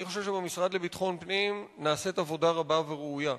אני חושב שבמשרד לביטחון פנים נעשית עבודה רבה וראויה,